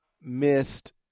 missed